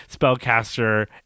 spellcaster